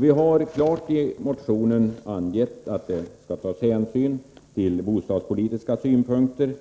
Vi har i motionen klart angett att det skall tas hänsyn till bostadspolitiska synpunkter, och